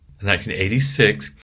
1986